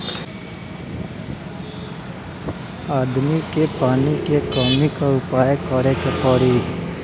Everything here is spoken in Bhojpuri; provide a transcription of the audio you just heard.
आदमी के पानी के कमी क उपाय करे के पड़ी